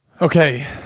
Okay